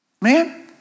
Man